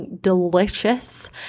delicious